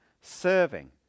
serving